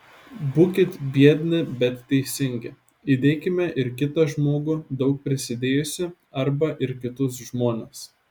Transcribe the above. būkit biedni bet teisingi įdėkime ir kitą žmogų daug prisidėjusį arba ir kitus žmones